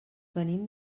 venim